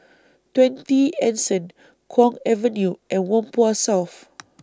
twenty Anson Kwong Avenue and Whampoa South